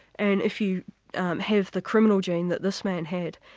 and if you have the criminal gene that this man had,